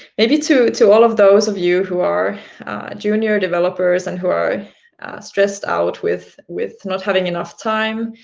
maybe to to all of those of you who are junior developers, and who are stressed out with with not having enough time,